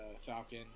Falcon